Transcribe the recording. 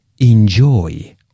enjoy